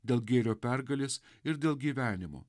dėl gėrio pergalės ir dėl gyvenimo